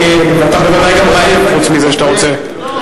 אתה בוודאי גם רעב חוץ מזה שאתה רוצה,